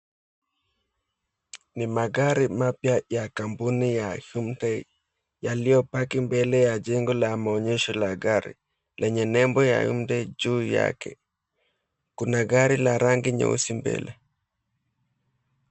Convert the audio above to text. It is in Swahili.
Ni magari mapya ya kampuni ya Hyundai yaliyopaki mbele ya jengo la maonyesho ya gari, yenye nembo ya Hyundai juu yake. Kuna gari la rangi nyeusi mbele.